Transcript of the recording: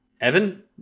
Evan